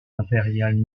impériale